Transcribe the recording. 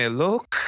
look